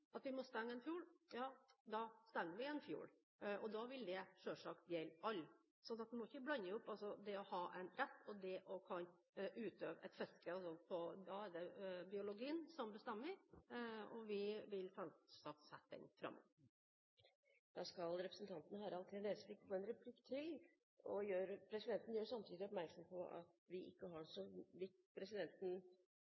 at vi må stenge fjorden, da stenger vi fjorden, og da vil det selvsagt gjelde alle. Så vi må ikke blande sammen det å ha en rett og det å kunne utøve et fiske. Da er det biologien som bestemmer, og vi vil selvsagt sette den fremst. Representanten Harald T. Nesvik får en replikk til. Presidenten gjør samtidig representanten oppmerksom på at vi så vidt presidenten er kjent med, ikke har